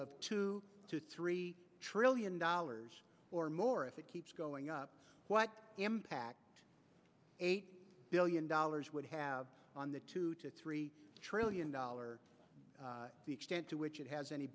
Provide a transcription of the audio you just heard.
of two to three trillion dollars or more if it keeps going up what impact eight billion dollars would have on the two to three trillion dollar to which it has any